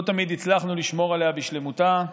לא תמיד הצלחנו לשמור עליה בשלמותה,